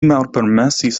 malpermesis